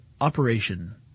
operation